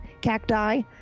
cacti